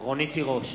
מצביע רונית תירוש,